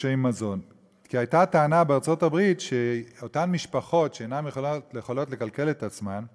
כי הייתה טענה בארצות-הברית שאותן משפחות אינן יכולות לכלכל את עצמן,